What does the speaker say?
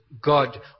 God